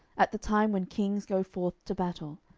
at the time when kings go forth to battle,